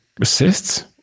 assists